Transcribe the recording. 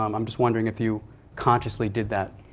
um i'm just wondering if you consciously did that.